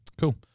Cool